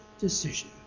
decision